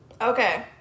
Okay